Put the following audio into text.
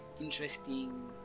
interesting